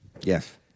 Yes